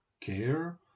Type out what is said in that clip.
care